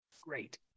Great